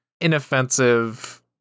inoffensive